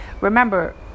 remember